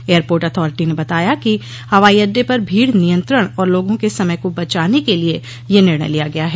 airport authority ने बताया कि हवाई अड्डे पर भीड़ नियंत्रण और लोगों के समय को बचाने के लिए यह निर्णय लिया गया है